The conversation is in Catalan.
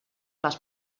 les